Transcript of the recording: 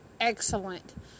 excellent